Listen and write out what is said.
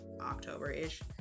October-ish